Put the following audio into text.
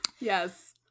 Yes